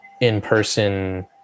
in-person